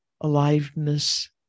aliveness